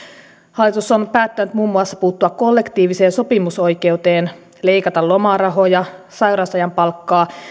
hallitus on päättänyt muun muassa puuttua kollektiiviseen sopimusoikeuteen leikata lomarahoja sairausajan palkkaa